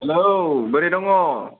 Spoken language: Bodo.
हेल' बोरै दङ